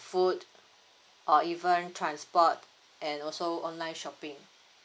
food or even transport and also online shopping